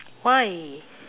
why